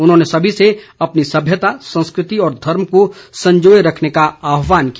उन्होंने सभी से अपनी सभ्यता संस्कृति और धर्म को संजोए रखने का आहवान किया